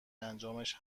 انجامش